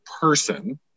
person